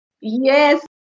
Yes